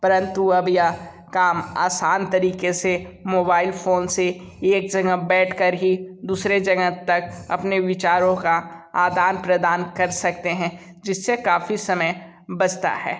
परंतु अब यह काम आसान तरीके से मोबाइल फ़ोन से एक जगह बेठ कर ही दूसरे जगह तक अपने विचारों का आदान प्रदान कर सकते हैं जिससे काफ़ी समय बचता है